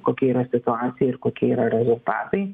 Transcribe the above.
kokia yra situacija ir kokie yra rezultatai